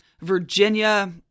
Virginia